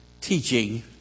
teaching